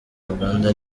uganda